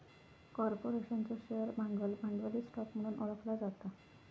कॉर्पोरेशनचो शेअर भांडवल, भांडवली स्टॉक म्हणून ओळखला जाता